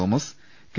Thomas K